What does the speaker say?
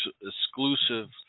exclusive